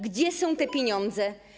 Gdzie są te pieniądze?